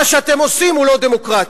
מה שאתם עושים הוא לא דמוקרטי.